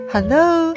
Hello